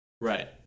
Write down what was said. Right